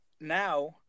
now